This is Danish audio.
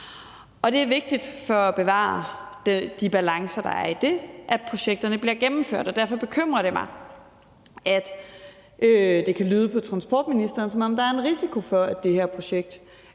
og det er vigtigt for at bevare de balancer, der er i det, at projekterne bliver gennemført. Derfor bekymrer det mig, at det kan lyde på transportministeren, som om der er en risiko for, at midlerne til her projekt